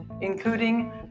including